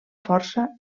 força